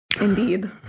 Indeed